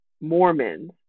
Mormons